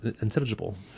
intelligible